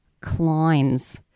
Klein's